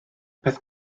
peth